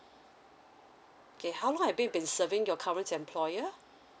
okay how long have you been serving your current employer